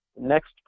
Next